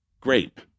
Grape